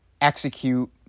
execute